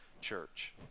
church